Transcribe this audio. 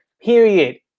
period